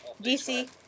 DC